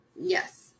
Yes